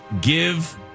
Give